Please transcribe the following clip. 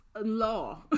law